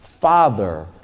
father